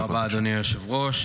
תודה רבה, אדוני היושב-ראש.